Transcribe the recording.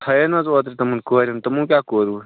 تھایاے نہَ حظ اوترٕ تِمن کورٮ۪ن تِمو کیٛاہ کوٚروٕ